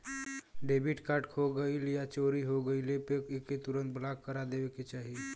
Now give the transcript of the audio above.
debit card खो गइल या चोरी हो गइले पर एके तुरंत ब्लॉक करा देवे के चाही